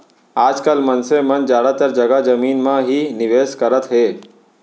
आज काल मनसे मन जादातर जघा जमीन म ही निवेस करत हे